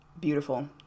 Beautiful